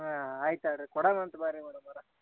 ಹಾಂ ಆಯ್ತು ತಗಳಿ ರೀ ಕೊಡೋಣಂತ್ ಬನ್ರಿ ಮೇಡಮವ್ರೆ